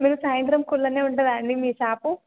మీరు సాయంత్రం కుల్లనే ఉంటదా అండి మీ షాపు